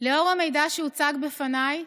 לאור המידע שהוצג בפניי,